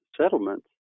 settlements